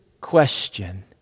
question